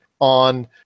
on